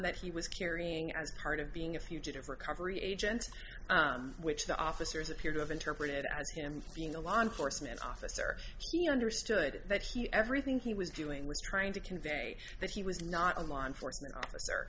that he was carrying as part of being a fugitive recovery agents which the officers appear to have interpreted as him being a law enforcement officer he understood that he everything he was doing was trying to convey that he was not a law enforcement officer